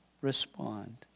respond